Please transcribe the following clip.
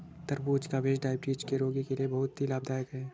तरबूज का बीज डायबिटीज के रोगी के लिए बहुत ही लाभदायक है